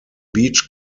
beach